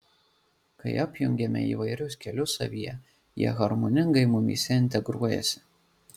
kai apjungiame įvairius kelius savyje jie harmoningai mumyse integruojasi